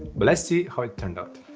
but let's see how it turned out.